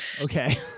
okay